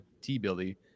T-Billy